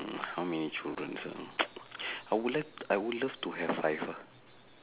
mm how many children ah I would like I would love to have five ah